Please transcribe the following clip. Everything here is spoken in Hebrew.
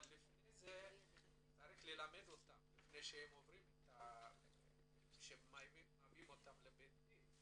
אבל לפני זה צריך ללמד אותם לפני שמביאים אותם לבית דין,